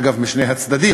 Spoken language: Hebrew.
אגב משני הצדדים,